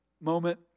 moment